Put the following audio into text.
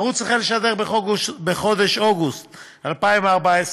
הערוץ החל לשדר בחודש אוגוסט 2014,